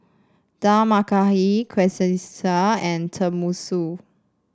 Dal Makhani Quesadillas and Tenmusu